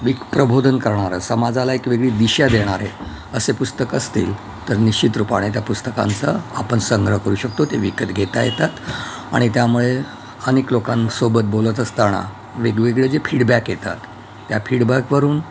विक प्रबोधन करणारं समाजाला एक वेगळी दिशा देणारे असे पुस्तक असतील तर निश्चित रूपाने त्या पुस्तकांचं आपण संग्रह करू शकतो ते विकत घेता येतात आणि त्यामुळे अनेक लोकांसोबत बोलत असताना वेगवेगळे जे फीडबॅक येतात त्या फीडबॅकवरून